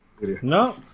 No